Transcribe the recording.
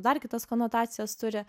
dar kitas konotacijas turi